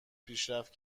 پیشرفت